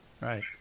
Right